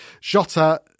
Jota